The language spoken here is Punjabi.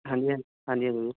ਹਾਂਜੀ ਹਾਂਜੀ ਹਾਂਜੀ ਹਾਂਜੀ ਜੀ